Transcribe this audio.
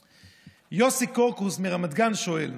יוסי קורקוס מרמת גן שואל: